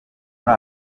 muri